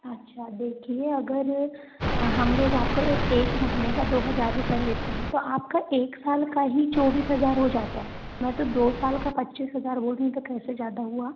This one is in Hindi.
अच्छा देखिए अगर हम लोग आपका एक महीने का दो हज़ार रुपये लेते हैं तो आपका एक साल का ही चौबीस हज़ार हो जाता है मैं तो दो साल का पच्चीस हज़ार बोल रही हूँ तो कैसे ज़्यादा हुआ